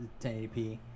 1080p